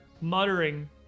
muttering